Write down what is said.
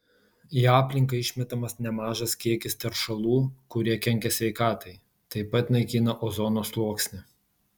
į aplinką išmetamas nemažas kiekis teršalų kurie kenkia sveikatai taip pat naikina ozono sluoksnį